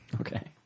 Okay